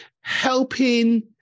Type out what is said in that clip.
helping